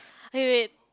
wait wait wait